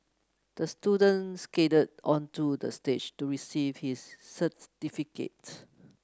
the student skated onto the stage to receive his certificate